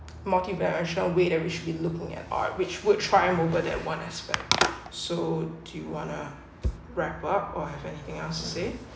market where I shall wait that we should be looking at art which would trying over that one aspect so do you wanna wrap up or have anything else to say